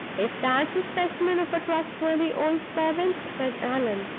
if that's a specimen of a trustworthy old servant, said allan,